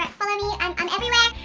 or follow me, i'm i'm everywhere,